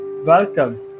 Welcome